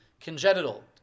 congenital